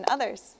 Others